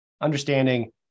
understanding